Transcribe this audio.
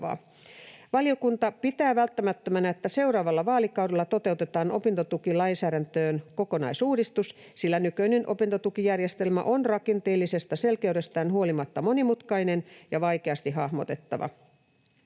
”Valiokunta pitää välttämättömänä, että seuraavalla vaalikaudella toteutetaan opintotukilainsäädäntöön kokonaisuudistus, sillä nykyinen opintotukijärjestelmä on rakenteellisesta selkeydestään huolimatta monimutkainen ja vaikeasti hahmotettava.